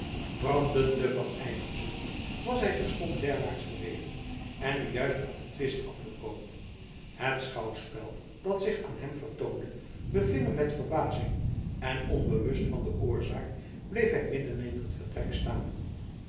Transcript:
brandende van ijverzucht was hij terstond derwaarts gereden en nu juist op den twist afgekomen het schouwspel dat zich aan hem vertoonde beving hem met verbazing en onbewust van de oorzaak bleef hij midden in t vertrek staan